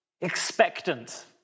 expectant